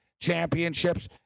championships